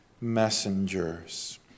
messengers